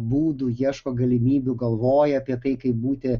būdų ieško galimybių galvoja apie tai kaip būti